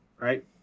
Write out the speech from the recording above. Right